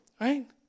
Right